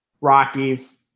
Rockies